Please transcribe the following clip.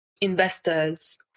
investors